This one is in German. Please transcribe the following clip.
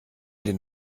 den